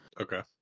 Okay